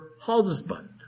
husband